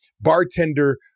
bartender